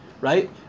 Right